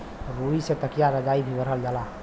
रुई से तकिया रजाई भी भरल जाला